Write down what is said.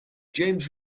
james